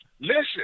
listen